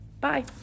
Bye